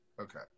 Okay